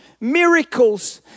miracles